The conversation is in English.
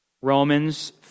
Romans